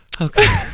Okay